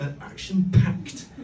action-packed